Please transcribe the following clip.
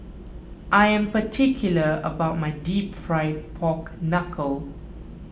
I am particular about my Deep Fried Pork Knuckle